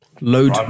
load